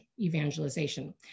evangelization